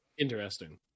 interesting